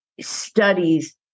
studies